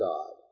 God